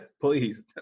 Please